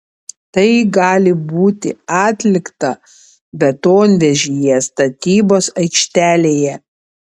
tai gali būti atlikta betonvežyje statybos aikštelėje